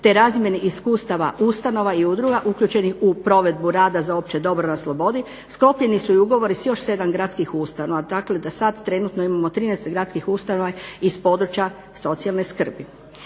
te razmjeni iskustava ustanova i udruga uključenih u provedbu rada za opće dobro na slobodi sklopljeni su i ugovori s još 7 gradskih ustanova. Dakle, da sad trenutno imamo 13 gradskih ustanova iz područja socijalne skrbi.